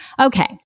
Okay